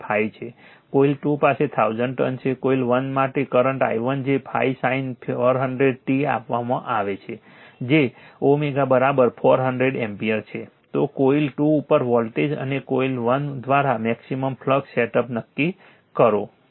5 છે કોઇલ 2 પાસે 1000 ટર્ન્સ છે જો કોઇલ 1 માં કરંટ i1 જે 5 sin 400 t આપવામાં આવે છે જે 400 એમ્પીયર છે તો કોઇલ 2 ઉપર વોલ્ટેજ અને કોઇલ 1 દ્વારા મેક્સિમમ ફ્લક્સ સેટઅપ નક્કી કરો